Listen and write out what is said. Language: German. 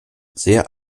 sehr